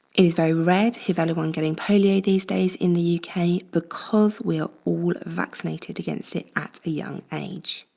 it is very rare to hear of anyone getting polio these days in the uk because we are all vaccinated against it at a young age.